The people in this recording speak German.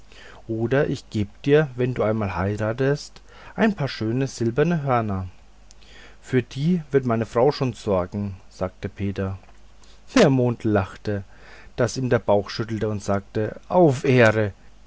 oder ich gebe dir wenn du einmal heiratest ein paar schöne silberne hörner für die wird meine frau schon sorgen sagte peter der mond lachte daß ihm der bauch schüttelte und sagte auf ehre